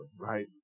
right